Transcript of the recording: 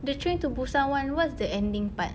the train to busan one what's the ending part